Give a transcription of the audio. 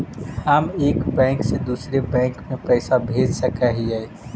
हम एक बैंक से दुसर बैंक में पैसा भेज सक हिय?